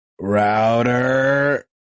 Router